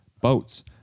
Boats